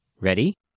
Ready